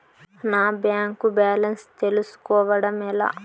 నా bank balance తెలుస్కోవడం ఎలా?